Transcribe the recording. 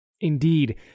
Indeed